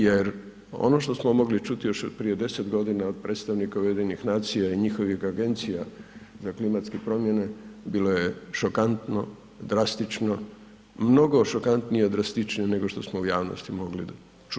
Jer ono što smo mogli čuti još prije 10 godina od predstavnika UN-a i njihovih agencija za klimatske promjene bilo je šokantno, drastično, mnogo šokantnije i drastičnije nego što smo u javnosti mogli čuti.